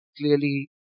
clearly